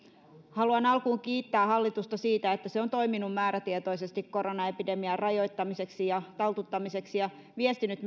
haluan alkuun kiittää hallitusta siitä että se on toiminut määrätietoisesti koronaepidemian rajoittamiseksi ja taltuttamiseksi ja myös viestinyt